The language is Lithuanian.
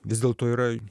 vis dėlto yra